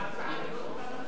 ההצעה לא טובה?